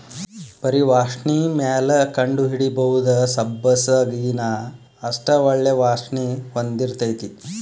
ಬರಿ ವಾಸ್ಣಿಮ್ಯಾಲ ಕಂಡಹಿಡಿಬಹುದ ಸಬ್ಬಸಗಿನಾ ಅಷ್ಟ ಒಳ್ಳೆ ವಾಸ್ಣಿ ಹೊಂದಿರ್ತೈತಿ